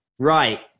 Right